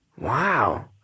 Wow